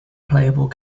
playable